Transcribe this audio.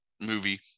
movie